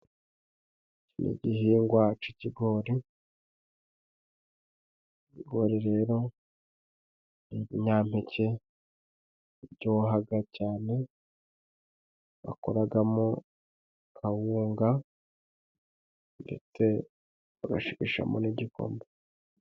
Ni igihingwa c'ikigori, ibigori rero ibinyampeke biryohaga cane, bakoragamo kawunga ndetse bagashigishamo n'igikoma.